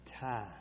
time